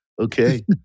okay